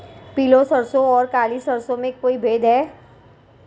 पीली सरसों और काली सरसों में कोई भेद है?